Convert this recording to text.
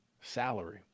salary